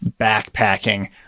backpacking